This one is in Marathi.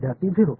विद्यार्थी 0